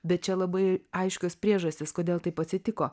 bet čia labai aiškios priežastys kodėl taip atsitiko